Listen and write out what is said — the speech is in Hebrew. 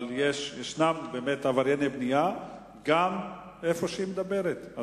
אבל יש באמת עברייני בנייה גם איפה שהיא מדברת.